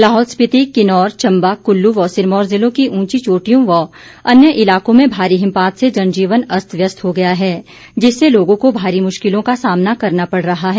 लाहौल स्पीति किन्नौर चम्बा कल्लू व सिरमौर जिलों की ऊंची चोटियों व अन्य इलाकों में भारी हिमपात से जनजीवन अस्त व्यस्त हो गया है जिससे लोगों को भारी मुश्किलों का सामना करना पड़ रहा है